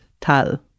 Tal